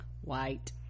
White